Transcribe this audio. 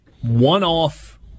one-off